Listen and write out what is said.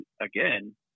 again